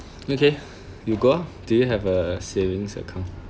okay you go do you have a savings account